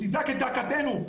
תזעק את זעקתנו,